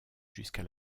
jusqu’à